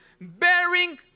Bearing